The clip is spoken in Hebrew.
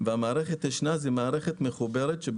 והמערכת השנייה היא מערכת מחוברת.